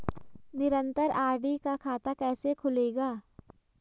निरन्तर आर.डी का खाता कैसे खुलेगा?